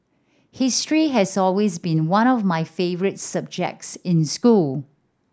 history has always been one of my favourite subjects in school